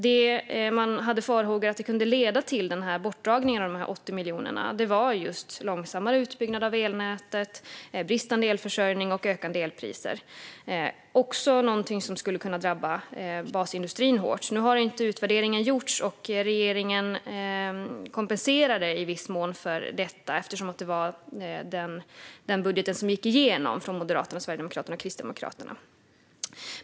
De farhågor man hade om vad bortdragningen av de 80 miljonerna kunde leda till var just långsammare utbyggnad av elnätet, bristande elförsörjning och ökande elpriser. Detta skulle kunna drabba den svenska basindustrin hårt. Nu har inte utvärderingen gjorts, och regeringen kompenserade i viss mån för detta eftersom det var budgeten från Moderaterna, Sverigedemokraterna och Kristdemokraterna som gick igenom.